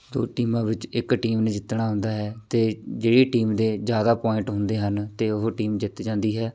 ਦੋ ਟੀਮਾਂ ਵਿੱਚ ਇੱਕ ਟੀਮ ਨੇ ਜਿੱਤਣਾ ਹੁੰਦਾ ਹੈ ਅਤੇ ਜਿਹੜੀ ਟੀਮ ਦੇ ਜ਼ਿਆਦਾ ਪੁਆਇੰਟ ਹੁੰਦੇ ਹਨ ਅਤੇ ਉਹ ਟੀਮ ਜਿੱਤ ਜਾਂਦੀ ਹੈ